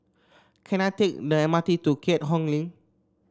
can I take the M R T to Keat Hong Link